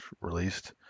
released